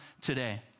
today